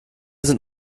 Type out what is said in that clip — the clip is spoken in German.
sind